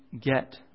get